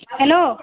hello